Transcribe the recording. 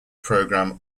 program